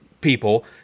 people